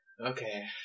Okay